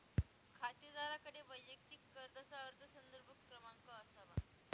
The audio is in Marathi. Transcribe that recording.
खातेदाराकडे वैयक्तिक कर्जाचा अर्ज संदर्भ क्रमांक असावा